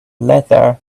leather